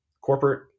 corporate